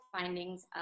findings